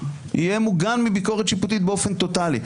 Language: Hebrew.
יהיה מוגן מביקורת שיפוטית באופן טוטלי.